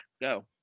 go